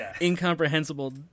incomprehensible